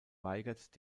weigert